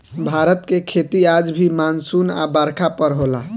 भारत के खेती आज भी मानसून आ बरखा पर होला